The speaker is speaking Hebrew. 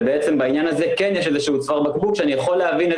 ובעניין הזה כן יש צוואר בקבוק ואני יכול להבין את